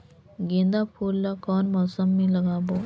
गेंदा फूल ल कौन मौसम मे लगाबो?